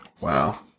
Wow